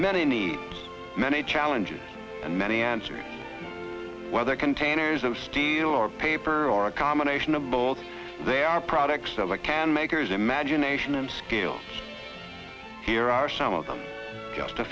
many many challenges and many answers whether containers of steel or paper or a combination of both they are products of the can makers imagination and skill here are some of them just a